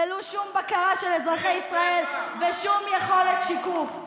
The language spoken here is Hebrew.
ללא שום בקרה של אזרחי ישראל ושום יכולת שיקוף.